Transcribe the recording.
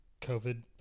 COVID